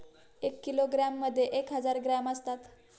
एक किलोग्रॅममध्ये एक हजार ग्रॅम असतात